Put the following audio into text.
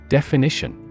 Definition